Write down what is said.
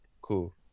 cool